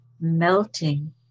melting